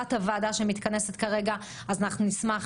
ותת הוועדה שמתכנסת כרגע: אנחנו נשמח